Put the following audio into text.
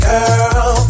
Girl